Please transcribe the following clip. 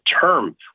term